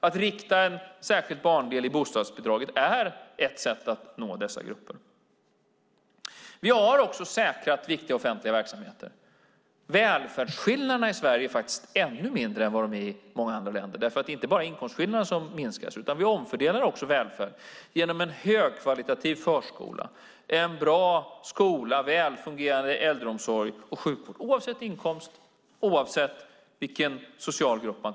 Att rikta en särskild barndel i bostadsbidraget är ett sätt att nå dessa grupper. Vi har också säkrat viktiga offentliga verksamheter. Välfärdsskillnaderna i Sverige är faktiskt ännu mindre än vad de är i många andra länder därför att det inte bara är inkomstskillnaderna som minskas utan vi omfördelar också välfärd genom en högkvalitativ förskola, en bra skola, väl fungerande äldreomsorg och sjukvård oavsett inkomst och oavsett social grupp.